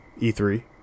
E3